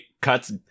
cuts